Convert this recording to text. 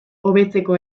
hobetzeko